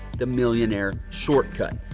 the millionaire shortcut,